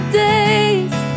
days